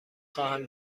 خواهم